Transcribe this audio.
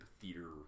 theater